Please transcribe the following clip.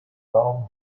baum